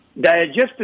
digestive